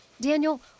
Daniel